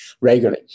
regularly